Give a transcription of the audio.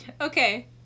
Okay